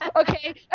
Okay